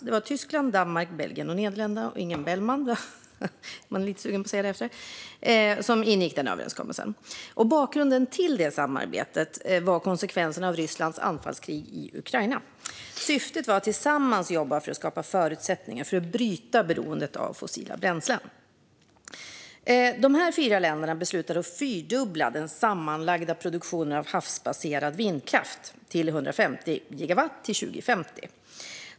Det var Tyskland, Danmark, Belgien och Nederländerna - ingen Bellman, fastän man är lite sugen på att lägga till det - som ingick den överenskommelsen. Bakgrunden till det samarbetet var konsekvenserna av Rysslands anfallskrig i Ukraina. Syftet var att tillsammans jobba för att skapa förutsättningar för att bryta beroendet av fossila bränslen. Dessa fyra länder beslutade att fyrdubbla den sammanlagda produktionen av havsbaserad vindkraft till 150 gigawatt till 2050.